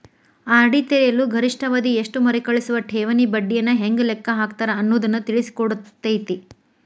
RD ತೆರೆಯಲು ಗರಿಷ್ಠ ಅವಧಿ ಎಷ್ಟು ಮರುಕಳಿಸುವ ಠೇವಣಿ ಬಡ್ಡಿಯನ್ನ ಹೆಂಗ ಲೆಕ್ಕ ಹಾಕ್ತಾರ ಅನ್ನುದನ್ನ ತಿಳಿಸಿಕೊಡ್ತತಿ